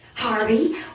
Harvey